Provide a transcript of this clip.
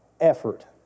effort